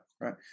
right